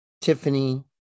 Tiffany